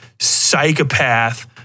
psychopath